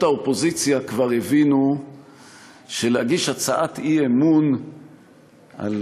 האופוזיציה כבר הבינו שלהגיש הצעת אי-אמון על